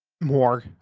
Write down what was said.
more